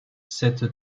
cette